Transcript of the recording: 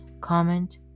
comment